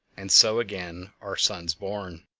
and so again are suns born!